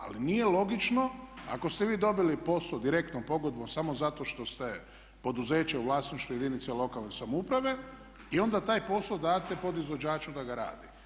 Ali nije logično ako ste vi dobili posao direktnom pogodbom samo zato što ste poduzeće u vlasništvu jedinice lokalne samouprave i onda taj posao date podizvođaču da ga radi.